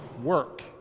work